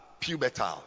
pubertal